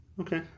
Okay